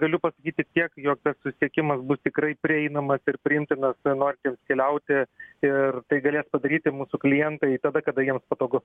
galiu pasakyt tik tiek jog susiekimas bus tikrai prieinamas ir priimtinas norintiems keliauti ir tai galės padaryti mūsų klientai tada kada jiems patogu